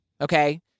Okay